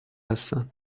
هستند